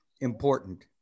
important